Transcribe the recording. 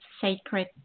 sacred